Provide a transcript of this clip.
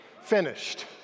finished